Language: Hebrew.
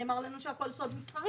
נאמר לנו שהכול סוד מסחרי,